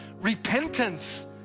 repentance